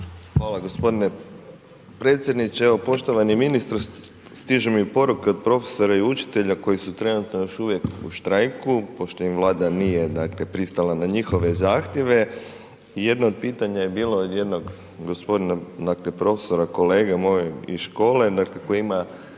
Hvala gospodine predsjedniče. Evo poštovani ministre stiže mi poruka od profesora i učitelja koji su trenutno još uvijek u štrajku pošto im Vlada nije dakle pristala na njihove zahtjeve i jedno pitanje je bilo od jednog gospodina profesora, kolega moj iz škole koji ima